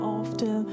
often